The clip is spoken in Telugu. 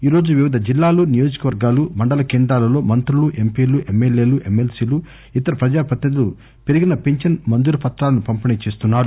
ఈ రోజు వివిధ జిల్లాలు నియోజకవర్గాలు మండల కేంద్రాలలో మంత్రులు ఎంపీలు ఎమ్మెల్యేలు ఎమ్మెల్సీలు ఇతర ప్రజా ప్రతినిధులు పెరిగిన పింఛన్ మంజూరు పత్రాలను పంపిణీ చేస్తున్నారు